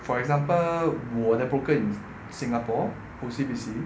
for example 我的 broker in singapore O_C_B_C